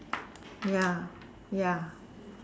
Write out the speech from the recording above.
ya ya